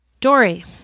Dory